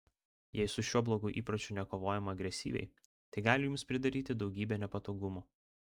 jei su šiuo blogu įpročiu nekovojama agresyviai tai gali jums pridaryti daugybę nepatogumų